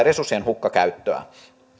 resurssien hukkakäyttöä